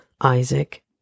Isaac